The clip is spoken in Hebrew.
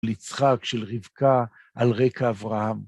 ליצחק של רבקה על רקע אברהם.